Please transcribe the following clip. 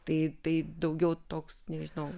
tai tai daugiau toks nežinau